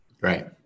Right